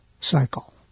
cycle